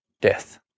death